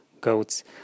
goats